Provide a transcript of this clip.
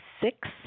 six